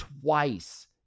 twice